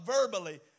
verbally